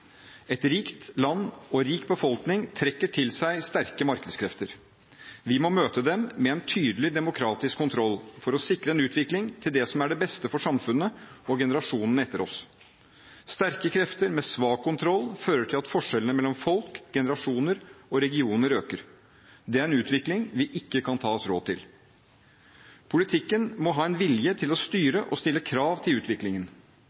Et rikt land og en rik befolkning trekker til seg sterke markedskrefter. Vi må møte dem med en tydelig demokratisk kontroll for å sikre en utvikling til beste for samfunnet og generasjonene etter oss. Sterke krefter med svak kontroll fører til at forskjellene mellom folk, generasjoner og regioner øker. Det er en utvikling vi ikke kan ta oss råd til. Politikken må ha en vilje til å styre og til å stille krav til utviklingen.